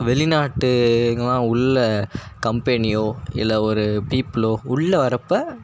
வெளிநாட்டுகலாம் உள்ள கம்பெனியோ இல்லை ஒரு பீப்பிளோ உள்ள வர்றப்போ